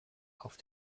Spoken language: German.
auf